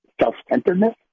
self-centeredness